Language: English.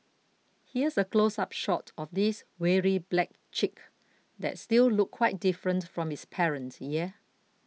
here's a close up shot of this weary black chick that still looked quite different from its parent yeah